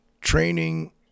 training